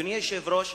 אדוני היושב-ראש,